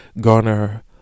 garner